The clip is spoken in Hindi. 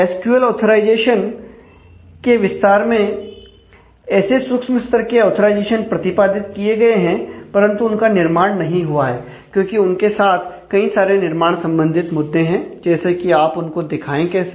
एसक्यूएल ऑथराइजेशन के विस्तार में ऐसे सूक्ष्म स्तर के ऑथराइजेशन प्रतिपादित किए गए हैं परंतु उनका निर्माण नहीं हुआ है क्योंकि उनके साथ कई सारे निर्माण संबंधित मुद्दे हैं जैसे कि आप उनको दिखाएं कैसे